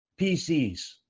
PCs